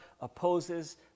opposes